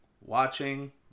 watching